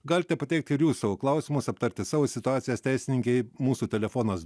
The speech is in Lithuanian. galite pateikti ir jūs savo klausimus aptarti savo situacijos teisininkei mūsų telefonas